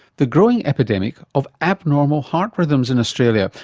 the growing epidemic of abnormal heart rhythms in australia,